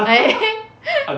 eh